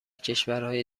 کشورهای